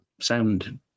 sound